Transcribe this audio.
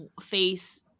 face